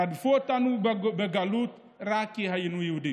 רדפו אותנו בגלות רק כי היינו יהודים.